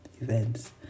events